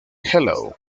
hello